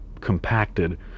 compacted